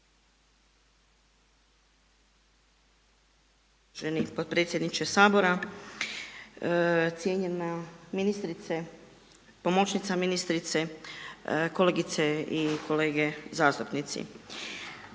Uvaženi potpredsjedniče Sabora. Cijenjena ministrice, pomoćnica ministrice, kolegice i kolege zastupnici.